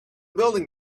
building